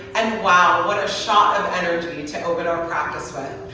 and wow, what a shot of energy to open our practice with.